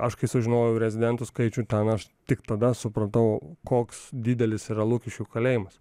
aš kai sužinojau rezidentų skaičių ten aš tik tada supratau koks didelis yra lukiškių kalėjimas